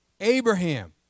Abraham